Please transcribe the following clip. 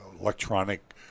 electronic